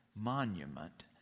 monument